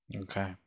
okay